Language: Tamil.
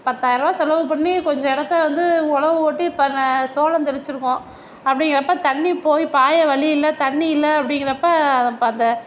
பத்தாயருபா செலவு பண்ணி கொஞ்சம் இடத்த வந்து உழவு ஓட்டி பர் ந சோளம் தெளித்திருக்கோம் அப்படிங்கிறப்ப தண்ணி போய் பாய வழி இல்லை தண்ணி இல்லை அப்படிங்கிறப்ப அதை பா அந்த